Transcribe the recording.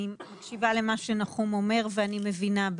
אני מקשיבה למה שנחום אומר ואני מבינה.